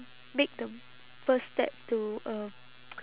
make the first step to um